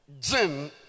gym